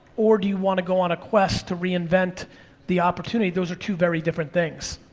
or do you wanna go on a quest to reinvent the opportunity, those are two very different things.